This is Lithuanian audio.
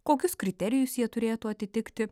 kokius kriterijus jie turėtų atitikti